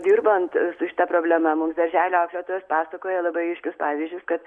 dirbant su šita problema mums darželio auklėtojos pasakojo labai aiškius pavyzdžius kad